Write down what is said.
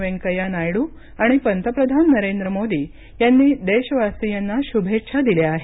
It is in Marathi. वेंकय्या नायडू आणि पंतप्रधान नरेद्र मोदी यांनी देशवासीयांना शुभेच्छा दिल्या आहेत